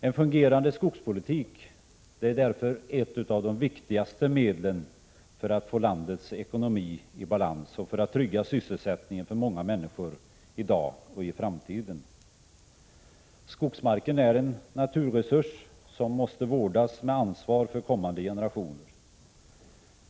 En fungerande skogspolitik är därför ett av de viktigaste medlen för att få landets ekonomi i balans och för att trygga sysselsättningen för många människor i dag och i framtiden. Skogsmarken är en naturresurs som måste vårdas med ansvar för kommande generationer.